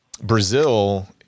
Brazil